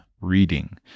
reading